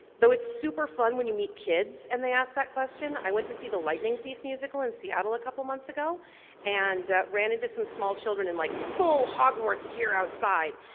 though it's super fun when you meet kids and they ask that question. i went to see the lightning thief musical in seattle a couple of months ago and ran into some small children in like full hogwarts gear outside.